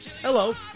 Hello